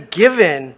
given